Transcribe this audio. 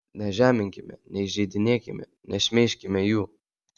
nežeminkime neįžeidinėkime nešmeižkime jų